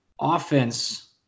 offense